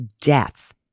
death